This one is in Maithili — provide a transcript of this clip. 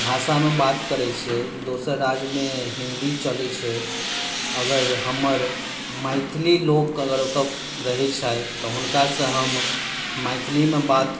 भाषा मे बात करै छै दोसर राज्य मे हिन्दी चलै छै अगर हमर मैथिली लोक अगर ओतय रहै छथि तऽ हुनका सॅं हम मैथिलीमे बात